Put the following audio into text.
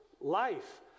life